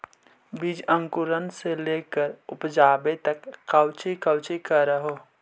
बीज अंकुरण से लेकर उपजाबे तक कौची कौची कर हो?